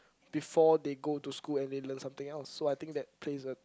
before they go to school and they learn something else so I think that that is a